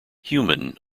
human